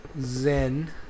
Zen